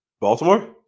Baltimore